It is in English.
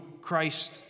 Christ